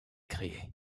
créé